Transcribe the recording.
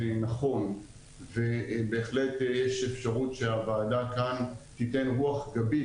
נכון ובהחלט יש אפשרות שהוועדה כאן תיתן רוח גבית